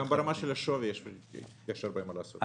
גם ברמה של השווי יש הרבה מה לעשות.